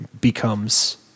becomes